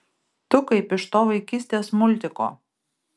tu kaip iš to vaikystės multiko